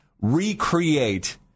recreate